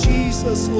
Jesus